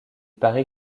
parait